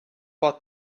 what